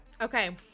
Okay